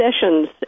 sessions